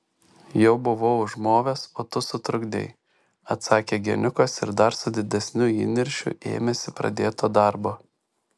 jau buvau užmovęs o tu sutrukdei atsakė geniukas ir dar su didesniu įniršiu ėmėsi pradėto darbo